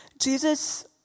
Jesus